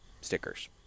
stickers